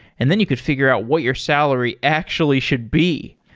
and then you could figure out what your salary actually should be.